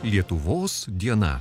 lietuvos diena